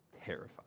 terrified